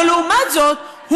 אבל לעומת זאת,